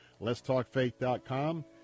letstalkfaith.com